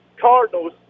Cardinals